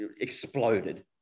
exploded